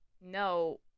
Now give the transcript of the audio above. no